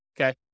Okay